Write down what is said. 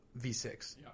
V6